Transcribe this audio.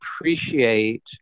appreciate